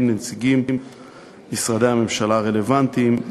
לו נציגים ממשרדי הממשלה הרלוונטיים,